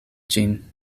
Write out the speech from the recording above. ĝin